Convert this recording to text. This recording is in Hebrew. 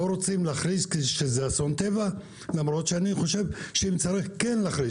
לא רוצים להכריז שזה אסון טבע למרות שאני חושב שכן צריך להכריז